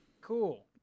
Cool